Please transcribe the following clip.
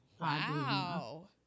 Wow